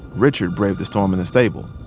richard braved the storm in the stable.